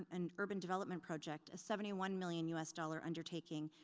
and urban development project, a seventy one million us dollar undertaking,